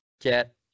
get